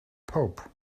pope